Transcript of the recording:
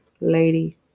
lady